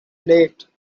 late